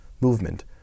movement